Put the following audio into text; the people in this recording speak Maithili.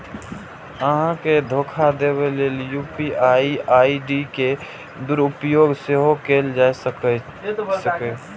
अहां के धोखा देबा लेल यू.पी.आई आई.डी के दुरुपयोग सेहो कैल जा सकैए